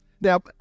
Now